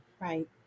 Right